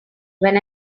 when